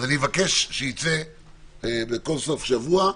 מבקש שיצא כל סוף שבוע.